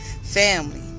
Family